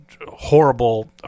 horrible